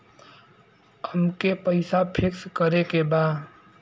अमके पैसा फिक्स करे के बा?